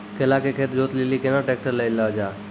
केला के खेत जोत लिली केना ट्रैक्टर ले लो जा?